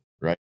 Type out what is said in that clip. Right